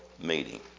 meeting